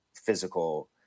physical